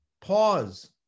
pause